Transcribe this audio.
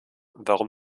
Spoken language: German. warum